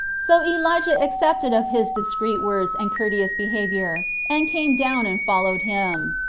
so elijah accepted of his discreet words and courteous behavior, and came down and followed him.